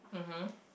mmhmm